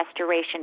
restoration